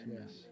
Yes